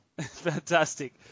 Fantastic